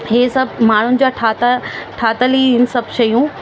हे सभु माण्हूनि जा ठात ठातल ई आहिनि हीअ सभु शयूं